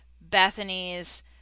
Bethany's